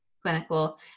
clinical